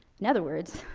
in other words,